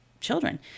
children